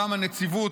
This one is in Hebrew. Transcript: גם הנציבות,